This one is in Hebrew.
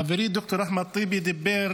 חברי ד"ר אחמד טיבי דיבר